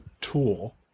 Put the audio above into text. tool